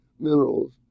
minerals